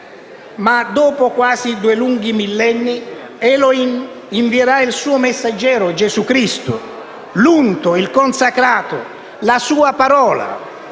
Ma dopo quasi due lunghi millenni, Elohim invierà il suo messaggero Gesù Cristo, l'Unto, il consacrato, la sua Parola;